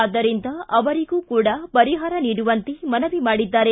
ಆದ್ದರಿಂದ ಅವರಿಗೂ ಕೂಡ ಪರಿಹಾರ ನೀಡುವಂತೆ ಮನವಿ ಮಾಡಿದ್ದಾರೆ